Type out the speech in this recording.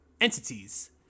entities